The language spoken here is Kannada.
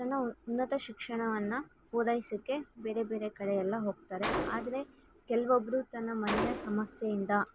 ತನ್ನ ಉನ್ನತ ಶಿಕ್ಷಣವನ್ನು ಪೂರೈಸೋಕ್ಕೆ ಬೇರೆ ಬೇರೆ ಕಡೆಯೆಲ್ಲ ಹೋಗ್ತಾರೆ ಆದರೆ ಕೆಲವೊಬ್ರು ತನ್ನ ಮನೆಯ ಸಮಸ್ಯೆಯಿಂದ